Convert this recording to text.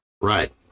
Right